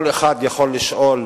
כל אחד יכול לשאול